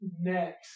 Next